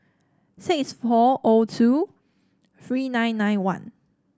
six four O two three nine nine one